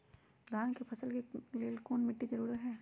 धान के फसल के लेल कौन मिट्टी जरूरी है?